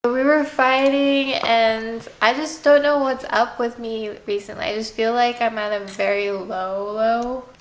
but we were fighting and i just don't know what's up with me recently. i just feel like i'm at a very low low.